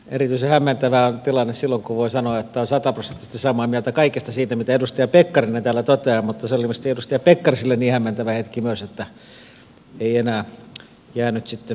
erityisen hämmentävä on tilanne silloin kun voi sanoa että on sataprosenttisesti samaa mieltä kaikesta siitä mitä edustaja pekkarinen täällä toteaa mutta se oli ilmeisesti edustaja pekkariselle niin hämmentävä hetki myös että ei enää jäänyt sitten kuuntelemaan